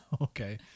Okay